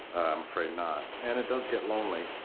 i'm afraid not. and it does get lonely.